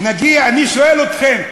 אני שואל אתכם,